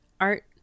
art